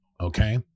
Okay